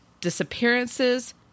disappearances